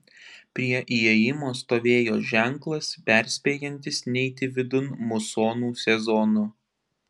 prie įėjimo stovėjo ženklas perspėjantis neiti vidun musonų sezonu